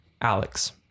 Alex